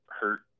hurt